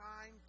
time